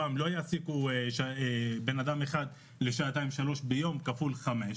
רוב העסקים לא יעסיקו אדם אחד לשעתיים-שלוש ביום כפול חמש.